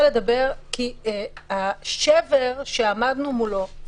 השבר שעמדנו מולו,